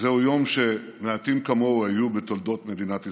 זהו יום שמעטים כמוהו היו בתולדות מדינת ישראל,